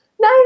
No